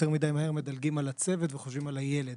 יותר מדי מהר מדלגים על הצוות וחושבים על הילד,